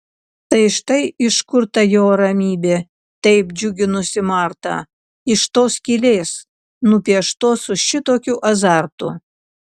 tai štai iš kur ta jo ramybė taip džiuginusi martą iš tos skylės nupieštos su šitokiu azartu